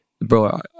bro